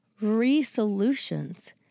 resolutions